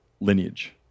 lineage